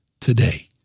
today